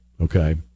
okay